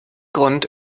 grund